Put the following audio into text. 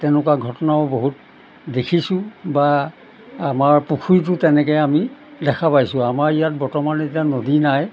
তেনেকুৱা ঘটনাও বহুত দেখিছোঁ বা আমাৰ পুখুৰীটো তেনেকৈ আমি দেখা পাইছোঁ আমাৰ ইয়াত বৰ্তমান এতিয়া নদী নাই